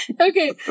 Okay